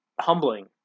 humbling